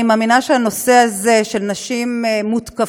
אני מאמינה שהנושא הזה של נשים מותקפות,